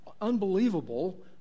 unbelievable